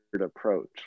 approach